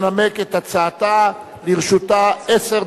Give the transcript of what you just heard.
הבינוי והגנת הסביבה להכנתה לקריאה ראשונה.